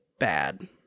bad